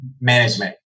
management